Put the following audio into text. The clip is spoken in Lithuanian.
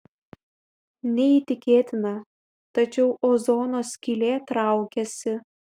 neįtikėtina tačiau ozono skylė traukiasi